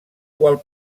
qual